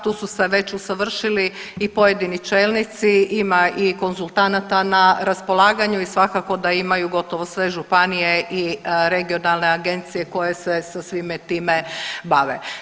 Tu su se već usavršili i pojedini čelnici, ima i konzultanata na raspolaganju i svakako da imaju gotovo sve županije i regionalne agencije koje se sa svime time bave.